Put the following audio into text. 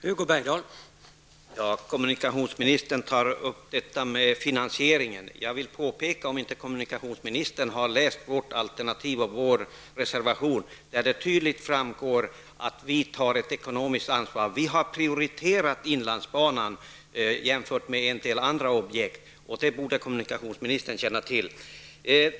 Herr talman! Kommunikationsministern tog upp finansieringen. För den händelse kommunikationsministern inte har läst vår reservation vill jag påpeka att det av den tydligt framgår att vi tar ett ekonomiskt ansvar. Vi har prioriterat inlandsbanan jämfört med en del andra objekt, och det borde kommunikationsministern känna till.